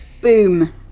Boom